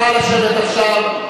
נא לשבת עכשיו.